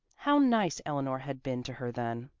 how nice eleanor had been to her then.